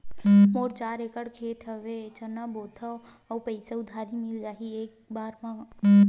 मोर चार एकड़ खेत हवे चना बोथव के पईसा उधारी मिल जाही एक बार मा?